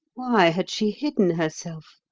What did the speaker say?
why had she hidden herself?